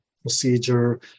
procedure